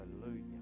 hallelujah